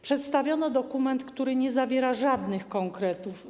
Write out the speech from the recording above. Przedstawiono dokument, który nie zawiera żadnych konkretów.